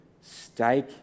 stake